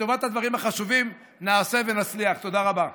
לטובת הדברים החשובים, נעשה ונצליח, תודה רבה.